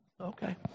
Okay